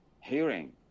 hearing